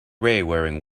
wearing